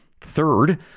Third